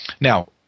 Now